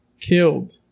killed